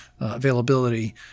availability